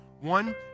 One